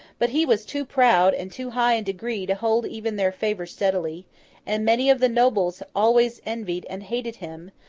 but he was too proud and too high in degree to hold even their favour steadily and many of the nobles always envied and hated him,